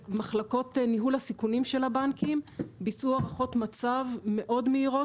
מחלקות ניהול הסיכונים של הבנקים ביצעו הערכות מצב מאוד מהירות,